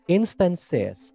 instances